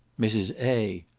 mrs. a.